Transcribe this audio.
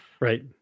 Right